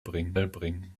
bringen